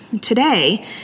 Today